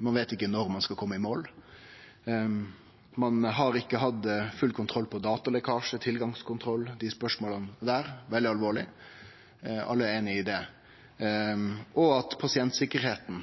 ein veit ikkje når ein skal kome i mål, ein har ikkje hatt full kontroll på datalekkasjar, tilgangskontroll, dei spørsmåla der – veldig alvorleg, alle er einige i det – og pasientsikkerheita